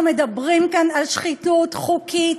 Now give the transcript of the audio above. אנחנו מדברים כאן על שחיתות חוקית,